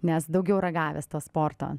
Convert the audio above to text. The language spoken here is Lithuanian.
nes daugiau ragavęs to sporto